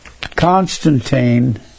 Constantine